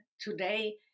today